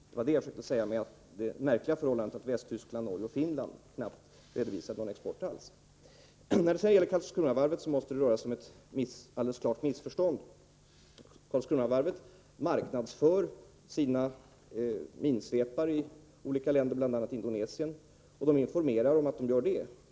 Det var detta jag försökte säga genom att påpeka det märkliga förhållandet att Västtyskland, Norge och Finland knappt redovisar någon export alls. Beträffande Karlskronavarvet måste det röra sig om ett klart missförstånd. Karlskronavarvet marknadsför sina minsvepare i olika länder, bl.a. Indonesien, och man informerar om att man gör det.